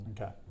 Okay